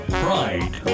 pride